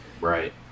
Right